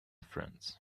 friends